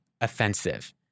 offensive